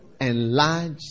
enlarge